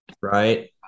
Right